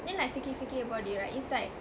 then like fikir fikir about it right it's like